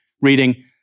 reading